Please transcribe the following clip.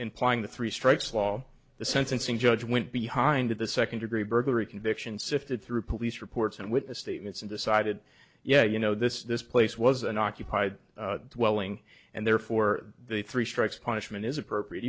implying the three strikes law the sentencing judge went behind the second degree burglary conviction sifted through police reports and witness statements and decided yeah you know this this place was an occupied dwelling and therefore the three strikes punishment is appropriate